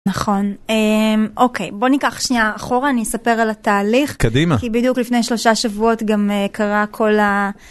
נכון, אוקיי, בוא ניקח שנייה אחורה, אני אספר על התהליך. קדימה. כי בדיוק לפני שלושה שבועות גם קרה כל ה...